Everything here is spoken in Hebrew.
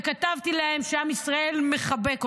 וכתבתי להן שעם ישראל מחבק אותן.